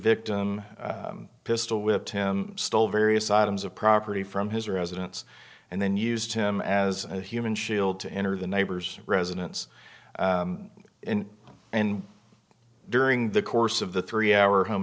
victim pistol whipped him stole various items of property from his residence and then used him as a human shield to enter the neighbor's residence and during the course of the three hour home